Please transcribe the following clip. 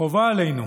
חובה עלינו,